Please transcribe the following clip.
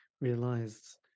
realized